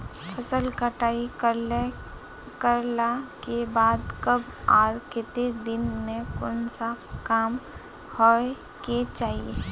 फसल कटाई करला के बाद कब आर केते दिन में कोन सा काम होय के चाहिए?